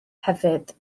hefyd